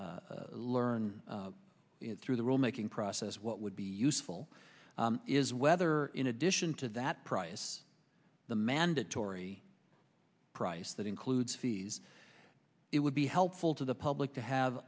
rn through the rule making process what would be useful is whether in addition to that price the mandatory price that includes fees it would be helpful to the public to have